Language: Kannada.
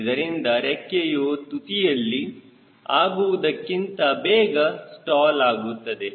ಇದರಿಂದ ರೆಕ್ಕೆಯು ತುದಿಯಲ್ಲಿ ಆಗುವುದಕ್ಕಿಂತ ಬೇಗ ಸ್ಟಾಲ್ ಆಗುತ್ತದೆ